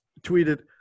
tweeted